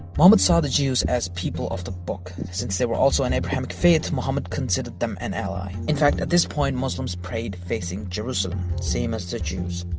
muhammad saw the jews as people of the book. since they were also an abrahamic faith, muhammad considered them an ally. in fact, at this point, muslims prayed facing jerusalem same as the jews.